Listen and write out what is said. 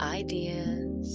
ideas